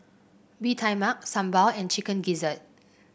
Bee Tai Mak sambal and Chicken Gizzard